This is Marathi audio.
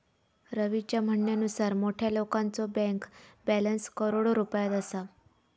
रवीच्या म्हणण्यानुसार मोठ्या लोकांचो बँक बॅलन्स करोडो रुपयात असा